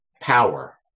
power